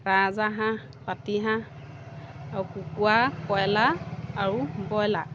ৰাজাহাঁহ পাতিহাঁহ আৰু কুকুৰা কয়লাৰ আৰু ব্ৰইলাৰ